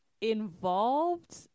involved